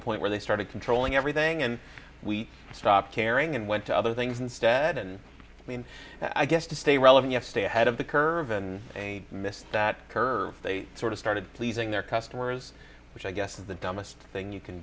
a point where they started controlling everything and we stopped caring and went to other things instead and i mean i guess to stay relevant stay ahead of the curve and a mist that curve they sort of started pleasing their customers which i guess the dumbest thing you can